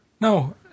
No